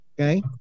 Okay